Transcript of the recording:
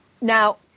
Now